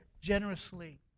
generously